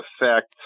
affect